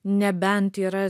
nebent yra